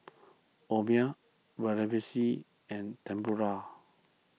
Vermicelli and Tempura